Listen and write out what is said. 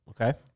Okay